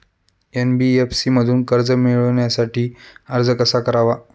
NBFC मधून कर्ज मिळवण्यासाठी अर्ज कसा करावा?